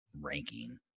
ranking